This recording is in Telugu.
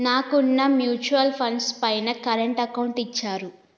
నాకున్న మ్యూచువల్ ఫండ్స్ పైన కరెంట్ అకౌంట్ ఇచ్చారు